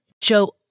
Joe